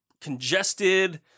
congested